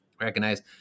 recognize